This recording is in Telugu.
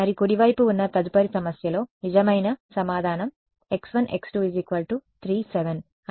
మరియు కుడివైపు ఉన్న తదుపరి సమస్యలో నిజమైన సమాధానం x1 x2 3 7 అని మనం చూడవచ్చు